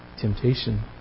Temptation